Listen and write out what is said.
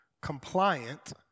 compliant